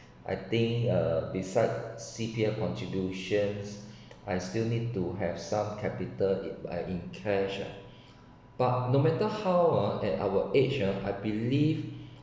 I think uh beside C_P_F contributions I still need to have some capital in in cash ah but no matter how ah at our age ah I believe